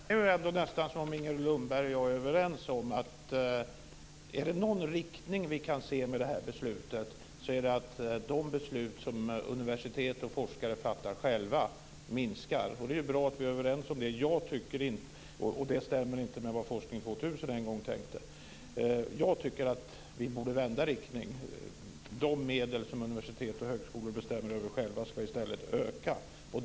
Herr talman! Det verkar ändå nästan som om Inger Lundberg och jag är överens om att är det någon riktning vi kan se med det här beslutet så är det att de beslut som universitet och forskare fattar själva minskar. Och det är ju bra att vi är överens om det. Men det stämmer inte med vad Forskning 2000 en gång tänkte. Jag tycker att vi borde vända riktning. De medel som universitet och högskolor bestämmer över själva ska i stället öka.